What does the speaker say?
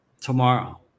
tomorrow